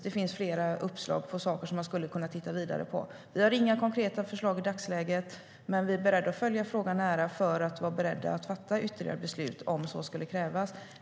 Det finns flera uppslag som man skulle kunna titta vidare på. Vi har inga konkreta förslag i dagsläget, men vi följer frågan nära för att vara beredda att fatta ytterligare beslut om så skulle krävas.